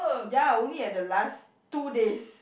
ya only at the last two days